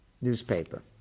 newspaper